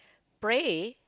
pray